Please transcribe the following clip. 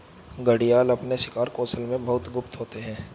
घड़ियाल अपने शिकार कौशल में बहुत गुप्त होते हैं